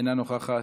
אינה נוכחת,